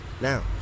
Now